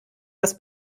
das